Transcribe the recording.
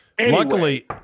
Luckily